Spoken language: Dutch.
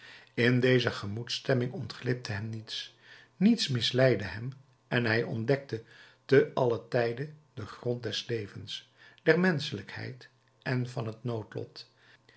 in deze gemoedsstemming ontglipte hem niets niets misleidde hem en hij ontdekte te allen tijde den grond des levens der menschelijkheid en van het noodlot